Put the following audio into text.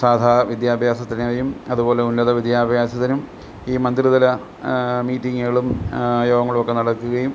സാധാ വിദ്യാഭ്യാസത്തിനെയും അതുപോലെ ഉന്നത വിദ്യാഭ്യാസത്തിനും ഈ മന്ത്രിതല മീറ്റിങ്ങുകളും യോഗങ്ങളും ഒക്കെ നടക്കുകയും